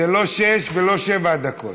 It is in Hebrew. זה לא שש ולא שבע שעות.